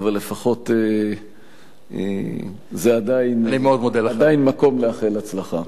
אבל לפחות זה עדיין מקום לאחל הצלחה.